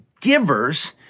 givers